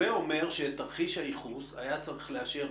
זה אומר שאת תרחיש הייחוס היה צריך לאשר,